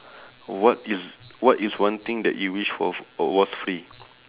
what is what is one thing that you wish w~ was free